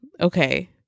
Okay